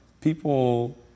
people